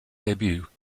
debut